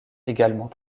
également